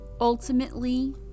Ultimately